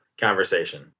conversation